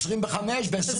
2025 ו-2026 ו-2027.